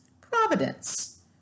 providence